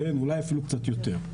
ואולי אפילו קצת יותר.